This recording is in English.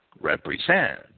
represent